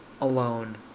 alone